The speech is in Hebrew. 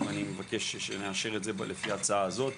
ואני מבקש שנאשר את זה לפי ההצעה הזאת.